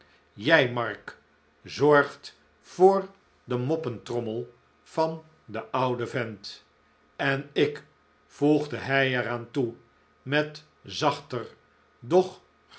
jij mark zorgt voor de moppentrommel van den ouden vent en ik voegde hij er aan toe met zachter doch